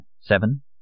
Seven